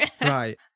Right